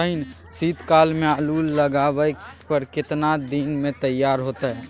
शीत काल में आलू लगाबय पर केतना दीन में तैयार होतै?